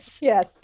Yes